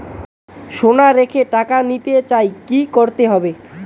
সোনা রেখে টাকা নিতে চাই কি করতে হবে?